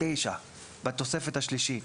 (9)בתוספת השלישית